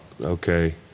okay